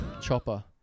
Chopper